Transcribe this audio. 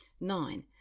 Nine